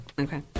Okay